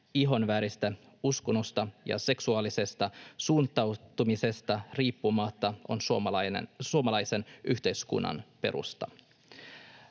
ihonväristä, uskonnosta ja seksuaalisesta suuntautumisesta riippumatta on suomalaisen yhteiskunnan perusta.